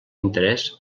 interès